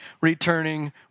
returning